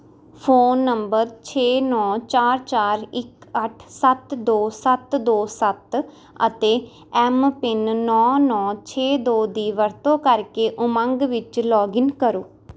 phone number ਛੇ ਨੌਂ ਚਾਰ ਚਾਰ ਇੱਕ ਅੱਠ ਸੱਤ ਦੋ ਸੱਤ ਦੋ ਸੱਤ ਅਤੇ ਐਮ ਪਿੰਨ ਨੌਂ ਨੌਂ ਛੇ ਦੋ ਦੀ ਵਰਤੋਂ ਕਰਕੇ ਉਮੰਗ ਵਿੱਚ ਲੌਗਇਨ ਕਰੋ